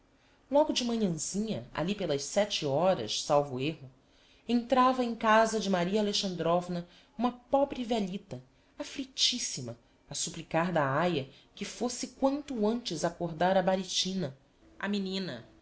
logo de manhanzinha ahi pelas sete horas salvo erro entrava em casa de maria alexandrovna uma pobre vélhita afflictissima a supplicar da aia que fosse quanto antes accordar a barichina mas